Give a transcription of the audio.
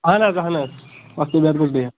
اَہن حظ اَہن حظ